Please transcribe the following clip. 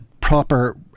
proper